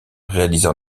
réalisés